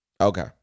Okay